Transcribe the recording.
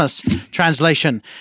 translation